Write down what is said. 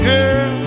Girl